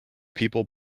people